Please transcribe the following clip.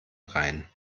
rhein